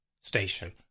station